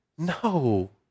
No